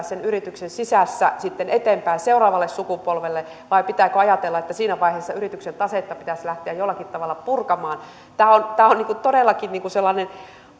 sen yrityksen sisässä sitten eteenpäin seuraavalle sukupolvelle vai pitääkö ajatella että siinä vaiheessa yrityksen tasetta pitäisi lähteä jollakin tavalla purkamaan tämä on tämä on todellakin sellainen